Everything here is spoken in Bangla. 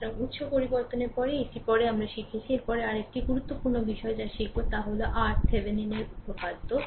সুতরাং উত্স পরিবর্তনের পরে এটির পরে আমরা শিখেছি এর পরে আর একটি গুরুত্বপূর্ণ বিষয় যা শিখবে তা হল RThevenin এর উপপাদ্য